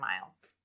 miles